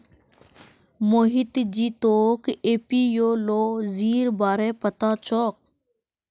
मोहित जी तोक एपियोलॉजीर बारे पता छोक